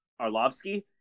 Arlovsky